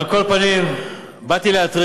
על כל פנים, באתי להתריע,